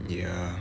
ya